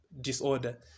disorder